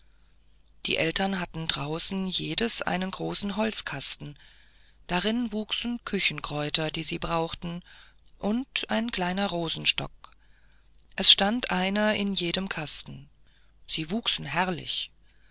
die eltern hatten draußen jedes einen großen holzkasten drin wuchsen küchenkräuter die sie brauchten und ein kleiner rosenstock es stand einer in jedem kasten und sie wuchsen herrlich